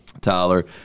Tyler